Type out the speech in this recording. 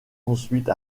ensuite